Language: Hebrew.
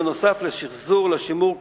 בנוסף לשחזור ולשימור כאמור,